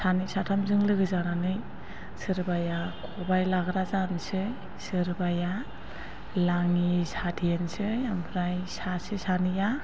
सानै साथामजों लोगो जानानै सोरबाया खबाइ लाग्रा जानोसै सोरबाया लाङि साथेनोसै ओमफ्राय सासे सानैया